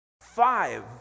Five